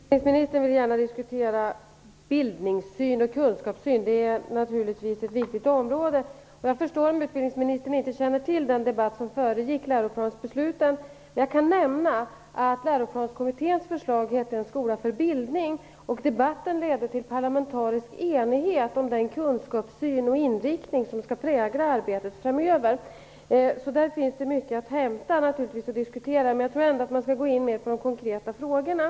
Herr talman! Utbildningsministern vill gärna diskutera bildningssyn och kunskapssyn. Det är naturligtvis ett viktigt område. Jag förstår om utbildningsministern inte har tagit del av den debatt som föregick läroplansbesluten. Men jag kan nämna att Läroplanskommitténs förslag hette En skola för bildning. Den debatten ledde till parlamentarisk enighet om den kunskapssyn och inriktning som skall prägla arbetet framöver. Där finns det alltså mycket att hämta och diskutera, men jag tror ändå att man skall gå in mer på de konkreta frågorna.